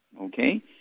Okay